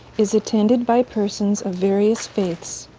is attended by persons of various faiths.